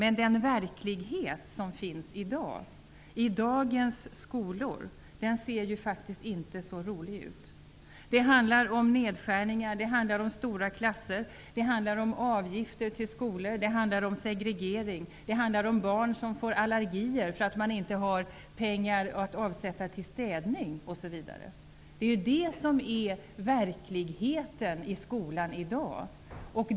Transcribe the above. Men den verklighet som finns i dagens skolor ser faktiskt inte så rolig ut. Det handlar om nedskärningar, om stora klasser, om avgifter till skolor, om segregering, om barn som får allergier därför att man inte har pengar att avsätta till städning osv. Det är detta som är verkligheten i skolan i dag.